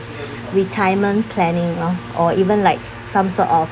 retirement planning lor or even like some sort of